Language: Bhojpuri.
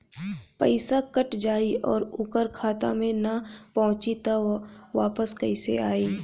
पईसा कट जाई और ओकर खाता मे ना पहुंची त वापस कैसे आई?